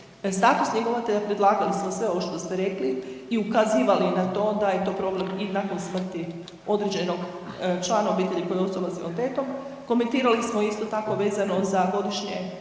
Status njegovatelja, predlagali smo sve ovo što ste rekli i ukazivali na to da je to problem i nakon smrti određenog člana obitelji koji je osoba s invaliditetom. Komentirali smo isto tako vezano za godišnje